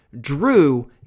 Drew